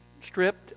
stripped